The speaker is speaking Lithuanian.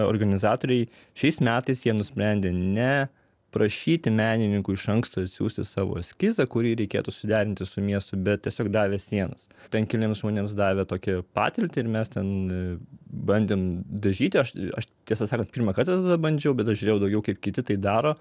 organizatoriai šiais metais jie nusprendė ne prašyti menininkų iš anksto atsiųsti savo eskizą kurį reikėtų susiderinti su miestu bet tiesiog davė sienas ten keliems žmonėms davė tokią patirtį ir mes ten bandėm dažyti aš aš tiesą sakant pirmą kartą tada bandžiau bet aš žiūrėjau daugiau kaip kiti tai daro